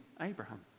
Abraham